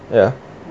ya